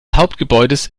hauptgebäudes